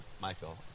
Michael